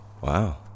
Wow